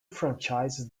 franchises